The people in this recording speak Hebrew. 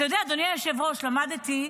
אתה יודע, אדוני היושב-ראש, למדתי,